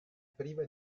priva